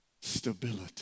stability